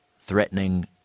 threatening